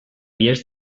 vies